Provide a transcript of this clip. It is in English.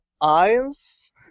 eyes